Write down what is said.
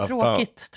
Tråkigt